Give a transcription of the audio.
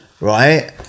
Right